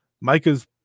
Micah's